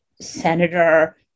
senator